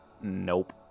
Nope